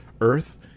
earth